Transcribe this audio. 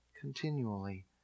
continually